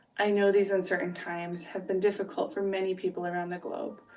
i know these uncertain times have been difficult for many people around the globe.